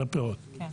כן.